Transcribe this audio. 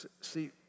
See